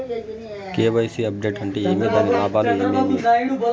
KYC update అంటే ఏమి? దాని లాభాలు ఏమేమి?